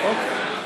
אוקיי.